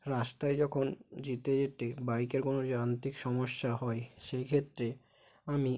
রাস্তায় যখন যেতে যেতে বাইকের কোনো যান্ত্রিক সমস্যা হয় সেইক্ষেত্রে আমি